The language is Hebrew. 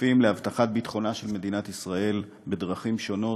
שותפים להבטחת ביטחונה של מדינת ישראל בדרכים שונות,